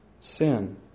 sin